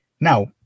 Now